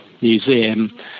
Museum